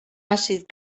àcid